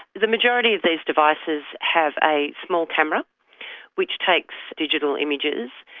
the majority of these devices have a small camera which takes digital images,